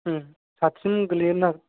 ओम साटसिम गोलैगोनदां